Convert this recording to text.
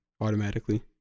automatically